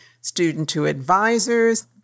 student-to-advisors